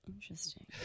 interesting